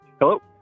Hello